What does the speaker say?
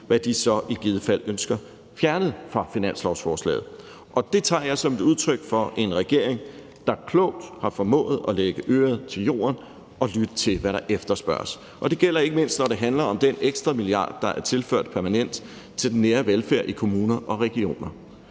hvad de så i givet fald ønsker fjernet fra finanslovsforslaget, og det tager jeg som et udtryk for en regering, der klogt har formået at lægge øret til jorden og lytte til, hvad der efterspørges, og det gælder ikke mindst, når det handler om den ekstra milliard, der er tilført permanent til den nære velfærd i kommuner og regioner.